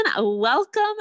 welcome